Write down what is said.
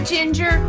Ginger